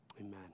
amen